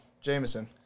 Jameson